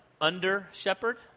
under-shepherd